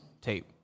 tape